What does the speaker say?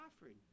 offering